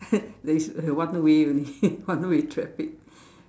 there is one way only one way traffic